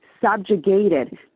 subjugated